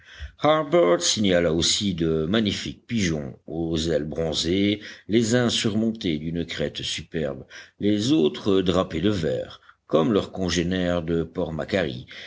signala aussi de magnifiques pigeons aux ailes bronzées les uns surmontés d'une crête superbe les autres drapés de vert comme leurs congénères de